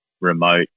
remote